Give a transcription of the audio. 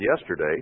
yesterday